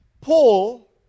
Paul